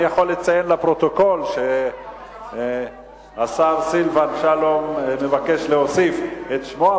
אני יכול לציין לפרוטוקול שהשר סילבן שלום מבקש להוסיף את שמו,